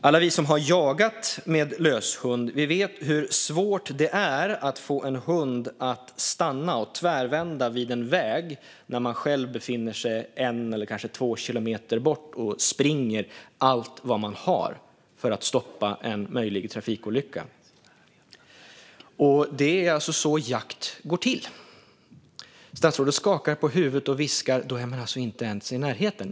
Alla vi som har jagat med löshund vet hur svårt det är att få en hund att stanna och tvärvända vid en väg när man själv befinner sig en eller kanske två kilometer bort och springer för allt vad man har för att stoppa en möjlig trafikolycka. Det är alltså så jakt går till. Statsrådet skakar på huvudet här och viskar: Då är man alltså inte ens i närheten!